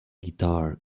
guitar